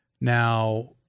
Now